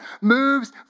moves